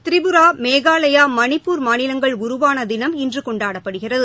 திரிபுரா மேகாலயா மணிப்பூர் மாநிலங்கள் உருவான தினம் இன்று கொண்டாடப்படுகிறது